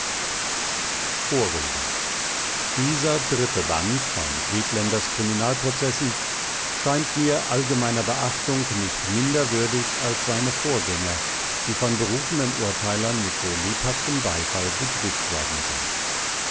vorrede dieser dritte band von friedländers kriminalprozessen scheint mir allgemeiner beachtung nicht minder würdig als seine vorgänger die von berufenen urteilern mit so lebhaftem beifall begrüßt worden sind